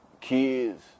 kids